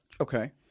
Okay